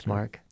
Mark